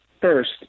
first